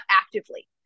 actively